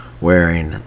wearing